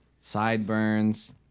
sideburns